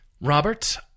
Robert